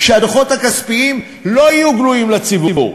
שהדוחות הכספיים לא יהיו גלויים לציבור,